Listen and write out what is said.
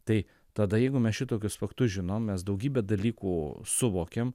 tai tada jeigu mes šitokius faktus žinom mes daugybę dalykų suvokiam